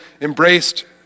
embraced